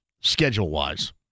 schedule-wise